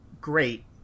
great